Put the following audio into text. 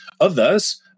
others